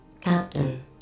Captain